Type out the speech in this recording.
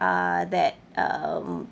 uh that um